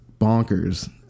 bonkers